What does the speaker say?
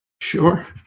Sure